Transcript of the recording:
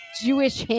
Jewish